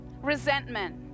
resentment